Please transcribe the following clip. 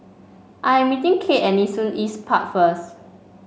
I am meeting Cade at Nee Soon East Park first